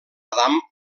adam